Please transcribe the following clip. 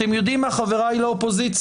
אתם יודעים מה, חבריי לאופוזיציה?